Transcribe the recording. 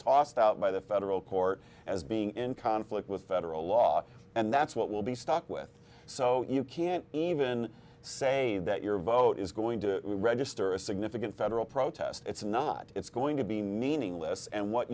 tossed out by the federal court as being in conflict with federal law and that's what will be stuck with so you can't even say that your vote is going to register a significant federal protest it's not it's going to be meaningless and what